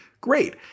great